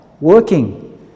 working